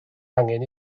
angen